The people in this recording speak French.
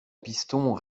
piston